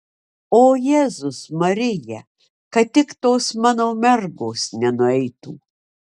o jėzus marija kad tik tos mano mergos nenueitų